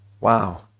wow